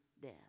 death